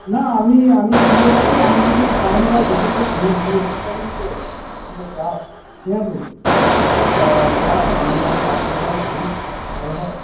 না আমি আমি দিয়ে আসি আপনি যদি পারেন তো দেখুন তো বোনের বিয়ে বুঝতে পারলেন তো প্রচণ্ড চাপ ঠিক আছে তা চাপ আপনি যদি আসতে পারেন খুবই ভালো হয়